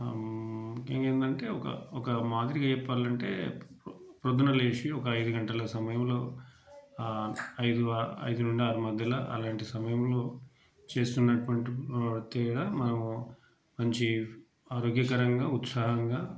ఇంకా ఏందంటే ఒక ఒక మాదిరిగా చెప్పాలంటే పొద్దున లేచి ఒక ఐదు గంటల సమయములో ఐదు ఐదు నుండి ఆరు మధ్యన అలాంటి సమయములో చేస్తున్నటువంటి క్రీడ మనము మంచి ఆరోగ్యకరంగా ఉత్సాహంగా